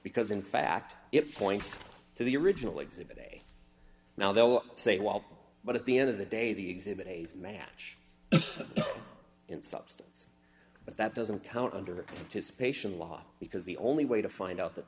because in fact it points to the original exhibit a now they'll say well but at the end of the day the exhibit a's match in substance but that doesn't count under his patient law because the only way to find out that